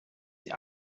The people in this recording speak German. die